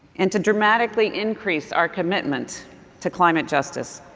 and to dramatically increase our commitment to climate justice.